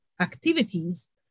activities